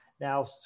now